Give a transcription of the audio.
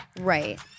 Right